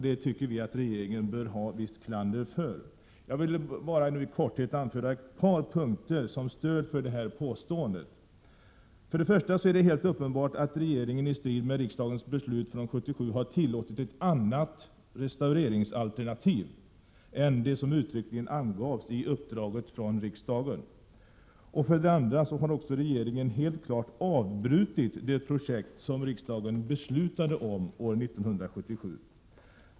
Det tycker vi att regeringen bör har ett visst klander för. Jag ville i korthet anföra ett par punkter som stöd för detta påstående. För det första är det helt uppenbart att regeringen i strid med riksdagens beslut från 1977 tillåtit ett annat restaureringsalternativ än det som uttryckligen angavs i uppdraget från riksdagen. För det andra har regeringen helt klart avbrutit det projekt som riksdagen beslutade om år 1977.